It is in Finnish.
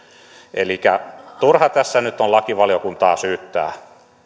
elikkä turha tässä nyt on lakivaliokuntaa syyttää